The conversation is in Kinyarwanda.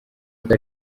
uko